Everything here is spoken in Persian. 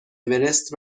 اورست